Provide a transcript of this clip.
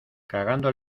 cagando